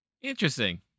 Interesting